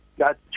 got